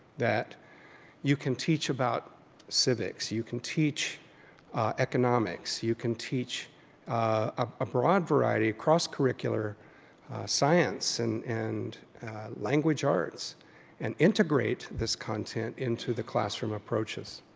that you can teach about civics. you can teach economics. you can teach a broad variety of cross-curricular science and and language arts and integrate this content into the classroom approaches.